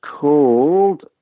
called